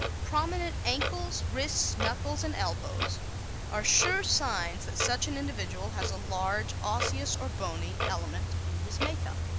prominent ankles, wrists, knuckles and elbows are sure signs that such an individual has a large osseous or bony element in his makeup.